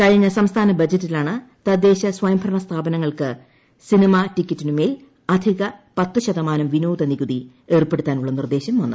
കഴിഞ്ഞ സംസ്ഥാന ബജ്റ്റിലാണ് തിദ്ദേശസ്വയം ഭരണ സ്ഥാപനങ്ങൾക്ക് സിനിമ ടിക്കറ്റിനുമേൽ അധിക പത്തു ശതമാനം വിനോദ നികുതി ഏർപ്പെടുത്താ്നുള്ള നിർദ്ദേശം വന്നത്